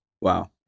Wow